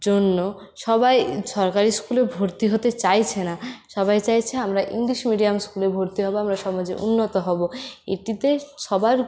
জন্য সবাই সরকারি স্কুলে ভর্তি হতে চাইছে না সবাই চাইছে আমরা ইংলিশ মিডিয়াম স্কুলে ভর্তি হব আমরা সমাজে উন্নত হব এটিতে সবার